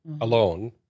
alone